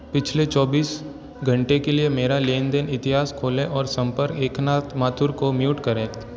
पिछले चौबीस घंटे के लिए मेरा लेन देन इतिहास खोलें और संपर्क एकनाथ माथुर को म्यूट करें